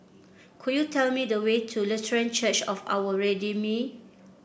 could you tell me the way to Lutheran Church of Our Redeemer